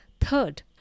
Third